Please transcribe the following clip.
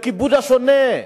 לכיבוד השונה.